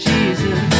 Jesus